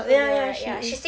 ya ya she is